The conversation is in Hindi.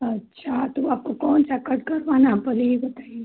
अच्छा तो आपको कौन सा कट कटवाना है आप पहले ये बताइए